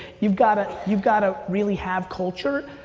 you've gotta you've gotta really have culture.